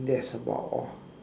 that's about all